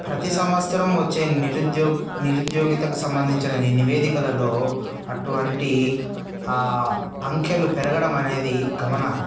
ప్రతీ సంవత్సరం వచ్చే నిరుద్యోగ నిరుద్యోగితకి సంబంధించిన నివేదికలలో అటువంటి ఆ అంకెలు పెరగడం అనేది గమనార్దం